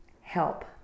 help